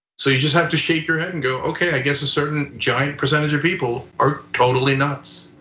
so you just have to shake your head and go okay, i guess a certain giant percentage of people are totally nuts.